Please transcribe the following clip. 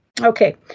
Okay